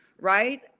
Right